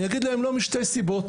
אני אגיד להן לא משתי סיבות,